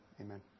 Amen